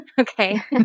Okay